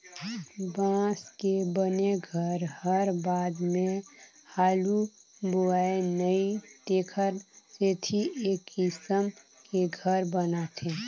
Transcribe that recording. बांस के बने घर हर बाद मे हालू बोहाय नई तेखर सेथी ए किसम के घर बनाथे